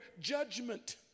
judgment